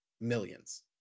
millions